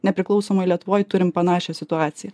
nepriklausomoj lietuvoj turim panašią situaciją